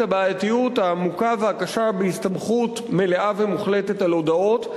הבעייתיות העמוקה והקשה בהסתמכות מלאה ומוחלטת על הודאות.